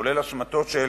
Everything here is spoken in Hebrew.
גם אשמתו של